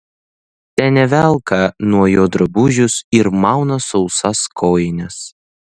senė velka nuo jo drabužius ir mauna sausas kojines